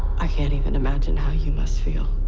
i can't even imagine how you must feel.